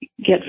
Get